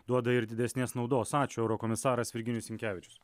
duoda ir didesnės naudos ačiū eurokomisaras virginijus sinkevičius